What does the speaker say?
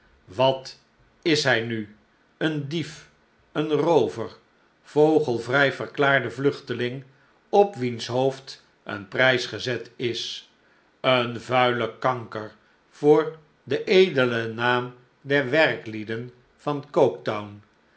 wat is hij nu een diet een roover vogelvrij verklaarde vluchteling op wiens hoofd een prijs gezet is een vuile kanker voor den edelen naam der werklieden van